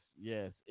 Yes